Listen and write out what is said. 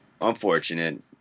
unfortunate